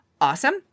Awesome